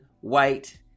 White